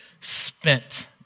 spent